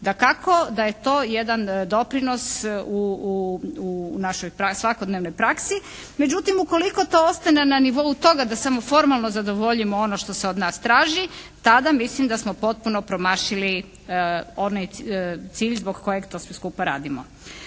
dakako da je to jedan doprinos u našoj svakodnevnoj praksi. Međutim ukoliko to ostane na nivou toga da samo formalno zadovoljimo ono što se od nas traži tada mislim da smo potpuno promašili onaj cilj zbog kojeg to sve skupa radimo.